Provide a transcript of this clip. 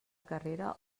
carrera